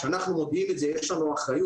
כאשר אנחנו מודיעים את זה יש לנו אחריות.